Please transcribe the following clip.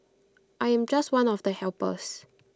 I am just one of the helpers